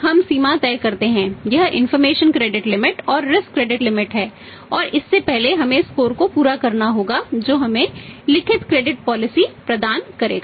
हमें उसकी risk credit limit प्रदान करेगा